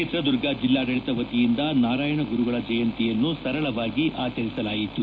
ಚಿತ್ರದುರ್ಗ ಜಿಲ್ಲಾಡಳಿತ ವತಿಯಿಂದ ನಾರಾಯಣ ಗುರುಗಳ ಜಯಂತಿಯನ್ನು ಸರಳವಾಗಿ ಆಚರಿಸಲಾಯಿತು